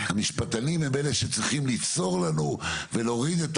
המשפטנים הם אלה שצריכים לבשור לנו ולהוריד את